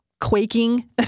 quaking